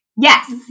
Yes